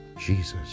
Jesus